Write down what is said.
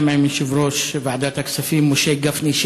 גם עם יושב-ראש ועדת הכספים משה גפני,